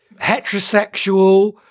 heterosexual